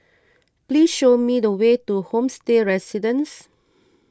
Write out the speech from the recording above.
please show me the way to Homestay Residences